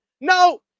No